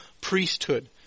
priesthood